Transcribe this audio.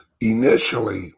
initially